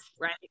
right